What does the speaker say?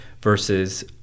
versus